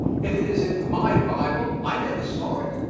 if it is in my bible, i never saw it.